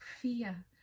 fear